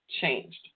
changed